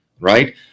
right